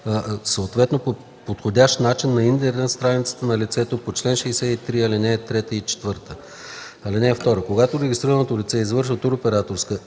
съответно по подходящ начин на интернет страницата на лицето по чл. 63, ал. 3 и 4. (2) Когато регистрираното лице извършва туроператорска